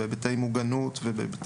של מוגנות ועוד.